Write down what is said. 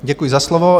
Děkuji za slovo.